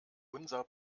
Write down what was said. unser